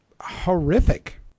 horrific